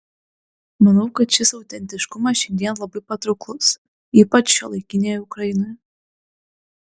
manau kad šis autentiškumas šiandien labai patrauklus ypač šiuolaikinėje ukrainoje